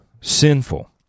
sinful